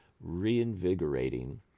reinvigorating